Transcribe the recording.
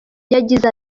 yagize